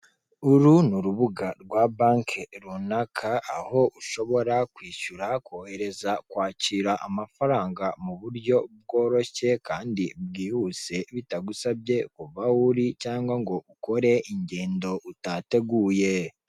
Uru ni urubuga rwa banki runaka aho ushobora kwishyura kohereza kwakira amafaranga mu buryo bworoshye kandi bwihuse, bitagusabye kuva aho uri cyangwa ngo ukore ingendo utateguye.